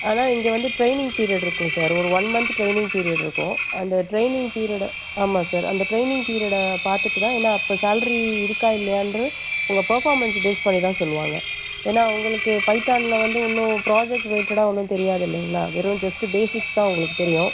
ஆனால் இங்கே வந்து ட்ரைனிங் பீரியட் இருக்கும் சார் ஒரு ஒன் மந்த் ட்ரைனிங் பீரியட் இருக்கும் அந்த ட்ரைனிங் பீரியட் ஆமாம் சார் அந்த ட்ரைனிங் பீரியட் பார்த்துட்டு தான் ஏனால் அப்போ சேல்ரி இருக்கா இல்லையான்றது உங்கள் பர்ஃபாமென்ஸை பேஸ் பண்ணி தான் சொல்லுவாங்கள் ஏனால் உங்களுக்கு பைத்தான்னில் வந்து ஒன்னும் ப்ராஜெக்ட் ரிலேட்டடா ஒன்றும் தெரியாது இல்லைங்களா வெறும் ஜஸ்ட்டு பேசிக்ஸ் தான் உங்களுக்கு தெரியும்